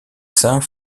saint